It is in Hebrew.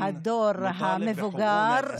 מהדור המבוגר,